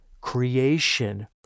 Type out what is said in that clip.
creation